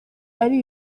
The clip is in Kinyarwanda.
ari